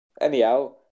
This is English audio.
Anyhow